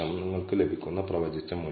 അതിനാൽ മൊത്തത്തിൽ 5 ശതമാനമാണ്